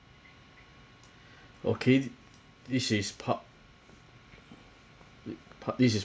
okay this is part part this is